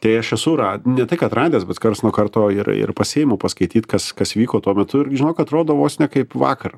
tai aš esu rad ne tik atradęs bet karts nuo karto ir ir pasiėmu paskaityt kas kas vyko tuo metu ir žinok atrodo vos ne kaip vakar